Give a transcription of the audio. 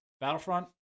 Battlefront